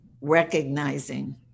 recognizing